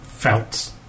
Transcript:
felt